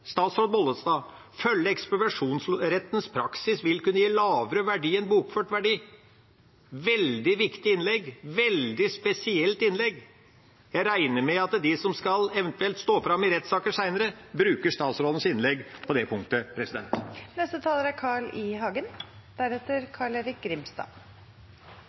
statsråd Bollestad – å følge ekspropriasjonsrettens praksis vil kunne gi lavere verdi enn bokført verdi. Det var et veldig viktig innlegg, et veldig spesielt innlegg. Jeg regner med at de som eventuelt skal stå fram i rettssaker seinere, bruker statsrådens innlegg på det punktet.